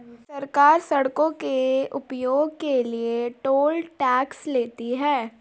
सरकार सड़कों के उपयोग के लिए टोल टैक्स लेती है